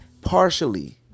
partially